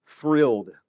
thrilled